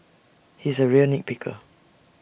he's A real nit picker